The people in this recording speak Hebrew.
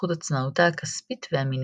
בזכות עצמאותה הכספית והמינית.